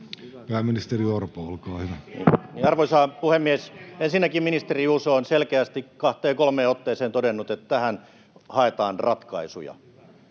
Time: 16:17 Content: Arvoisa puhemies! Ensinnäkin ministeri Juuso on selkeästi kahteen kolmeen otteeseen todennut, että tähän haetaan ratkaisuja.